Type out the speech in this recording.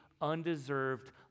undeserved